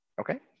Okay